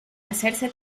hacerse